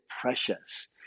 precious